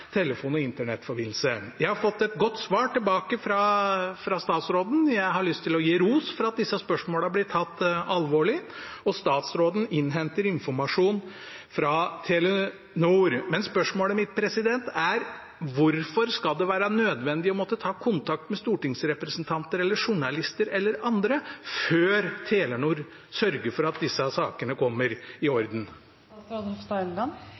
telefon- og internettforbindelse. Jeg har fått et godt svar tilbake fra statsråden. Jeg har lyst til å gi ros for at disse spørsmålene blir tatt alvorlig, og at statsråden innhenter informasjon fra Telenor. Men spørsmålet mitt er: Hvorfor skal det være nødvendig å måtte ta kontakt med stortingsrepresentanter eller journalister eller andre før Telenor sørger for at disse sakene kommer i